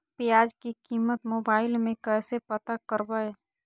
प्याज की कीमत मोबाइल में कैसे पता करबै?